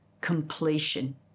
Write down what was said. completion